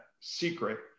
secret